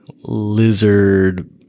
lizard